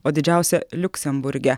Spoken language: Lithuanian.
o didžiausia liuksemburge